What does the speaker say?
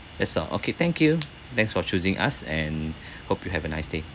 that's all okay thank you thanks for choosing us and hope you have a nice day